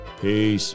peace